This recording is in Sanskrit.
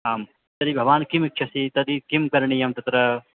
आं तर्हि भवान् किम् इच्छसि तर्हि किं करणीयं तत्र